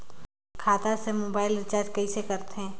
खाता से mobile recharge कइसे करथे